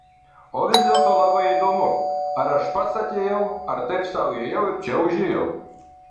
o vis dėlto labai įdomu ar aš pats atėjau ar taip sau ėjau ir čia užėjau